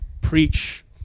preach